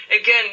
Again